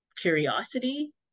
curiosity